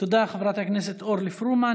תודה, חברת הכנסת אורלי פרומן.